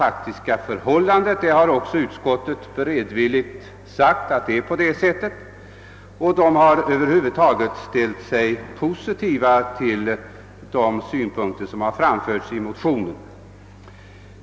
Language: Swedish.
Att detta är riktigt har också utskottet beredvilligt medgivit, och utskottet har över huvud taget ställt sig positivt till de synpunkter som har framförts i motionen.